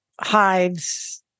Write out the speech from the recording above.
hives